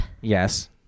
Yes